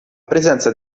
presenza